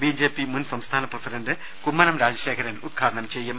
B J P മുൻ സംസ്ഥാന president Kummanam Rajasekharan ഉദ്ഘാടനം ചെയ്യും